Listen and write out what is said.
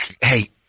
Hey